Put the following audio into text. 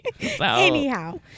anyhow